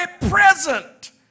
present